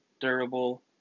durable